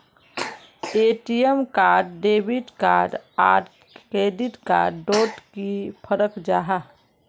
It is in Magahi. ए.टी.एम कार्ड डेबिट कार्ड आर क्रेडिट कार्ड डोट की फरक जाहा?